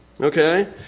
Okay